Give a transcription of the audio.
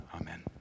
Amen